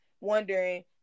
wondering